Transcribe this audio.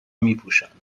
میپوشاند